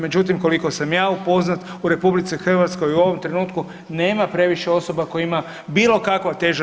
Međutim, koliko sam ja upoznat, u RH u ovom trenutku nema previše osoba koje ima bilo kakva teža